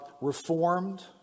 reformed